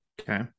Okay